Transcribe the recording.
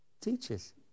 teachers